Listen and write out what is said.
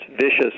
vicious